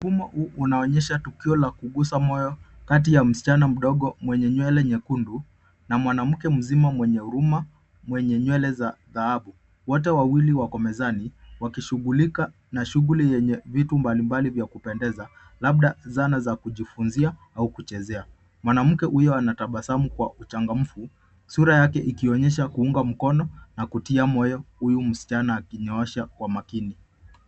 Uma huu unaonyesha tukio la kugusa moyo kati ya msichana mdogo mwenye nywele nyekundu, na mwanamke mzima mwenye huruma mwenye nywele za dhahabu. Wote wawili wako mezani, wakishugulika na shughuli yenye vitu mbalimbali vya kupendeza, labda zana za kujifunzia au kuchezea. Mwanamke huyu anatabasamu kwa uchangamfu, sura yake ikionyesha kuunga mkono na kutia moyo huyu msichana akinyoosha kwa makini.